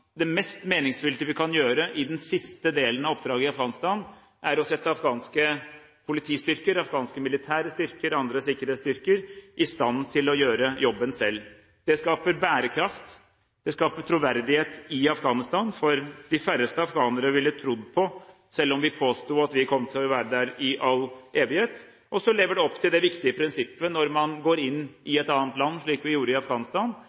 sette afghanske politistyrker, afghanske militære styrker, andre sikkerhetsstyrker, i stand til å gjøre jobben selv. Det skaper bærekraft, og det skaper troverdighet i Afghanistan. De færreste afghanerne ville trodd på – selv om vi påsto noe annet, at vi faktisk ikke kom til å være der i all evighet. Dessuten lever det opp til det viktige prinsippet når man går inn i et annet land, slik vi gjorde i Afghanistan,